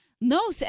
No